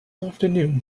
afternoon